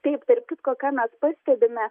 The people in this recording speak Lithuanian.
taip tarp kitko ką mes pastebime